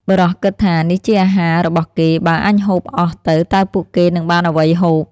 បុរសគិតថា នេះជាអាហារ របស់គេ បើអញហូបអស់ទៅ តើពួកគេនឹងបានអ្វីហូប? ។